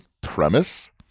premise